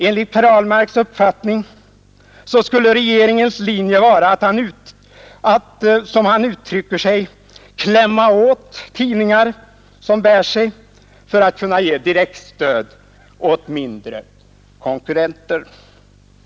Enligt herr Ahlmarks uppfattning skulle regeringens linje vara att, som han uttrycker sig, klämma åt tidningar som bär sig för att kunna ge direktstöd åt mindre konkurrenter.